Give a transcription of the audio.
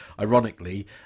ironically